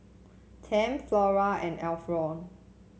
Tempt Flora and Emflor